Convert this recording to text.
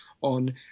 on